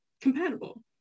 compatible